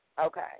Okay